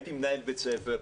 הייתי מנהל בית ספר.